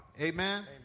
Amen